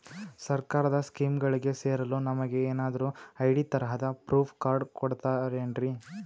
ಸರ್ಕಾರದ ಸ್ಕೀಮ್ಗಳಿಗೆ ಸೇರಲು ನಮಗೆ ಏನಾದ್ರು ಐ.ಡಿ ತರಹದ ಪ್ರೂಫ್ ಕಾರ್ಡ್ ಕೊಡುತ್ತಾರೆನ್ರಿ?